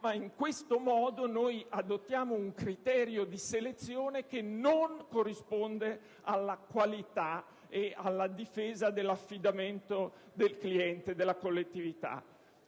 in questo modo noi adottiamo un criterio di selezione che non corrisponde alla qualità e alla difesa dell'affidamento del cliente e della collettività.